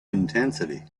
intensity